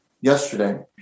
yesterday